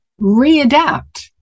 readapt